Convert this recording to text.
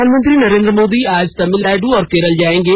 प्रधानमंत्री नरेन्द्र मोदी आज तमिलनाडु और केरल जायेंगे